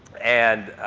and